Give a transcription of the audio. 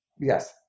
Yes